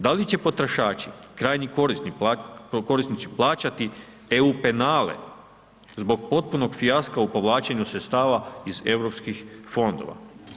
Da li će potrošači, krajnji korisnik, plaćati EU penale zbog potpunog fijaska u povlačenju sredstva iz europskih fondova.